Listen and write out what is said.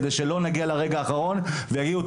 כדי שלא נגיע לרגע האחרון ואז יגידו,